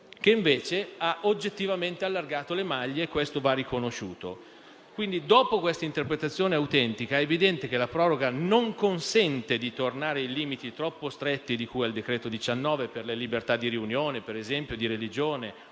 che invece ha oggettivamente allargato le maglie e questo va riconosciuto. Quindi, dopo questa interpretazione autentica, è evidente che la proroga non consente di tornare ai limiti troppo stretti di cui al decreto-legge n. 19, ad esempio per la libertà di riunione o di religione